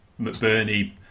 McBurney